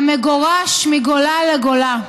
המגורש מגולה לגולה.